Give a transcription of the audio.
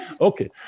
okay